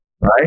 right